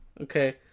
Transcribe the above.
Okay